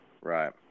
Right